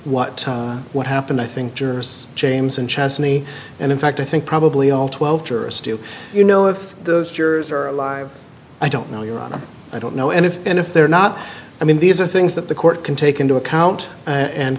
what what happened i think jurors james and chesney and in fact i think probably all twelve jurors do you know if those jurors are alive i don't know your honor i don't know and if and if they're not i mean these are things that the court can take into account and